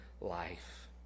life